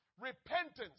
Repentance